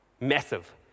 Massive